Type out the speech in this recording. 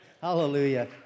Hallelujah